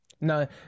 No